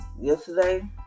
yesterday